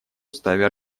уставе